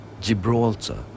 Gibraltar